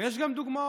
ויש גם דוגמאות.